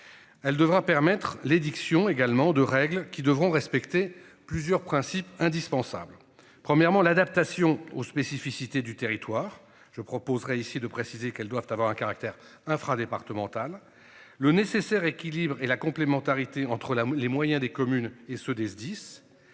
Elle devra permettre l'édiction également de règles qui devront respecter plusieurs principes indispensables. Premièrement l'adaptation aux spécificités du territoire je proposerai ici de préciser qu'elles doivent avoir un caractère infra-départementale, le nécessaire équilibre et la complémentarité entre la les moyens des communes et ce des SDIS.